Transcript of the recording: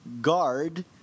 guard